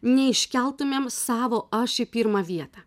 neiškeltumėm savo aš į pirmą vietą